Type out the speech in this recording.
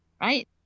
right